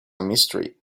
mystery